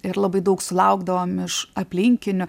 ir labai daug sulaukdavom iš aplinkinių